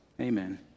amen